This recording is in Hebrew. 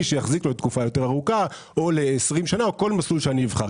שיחזיק לו לתקופה יותר ארוכה או ל-20 שנה או כל מסלול שאני אבחר.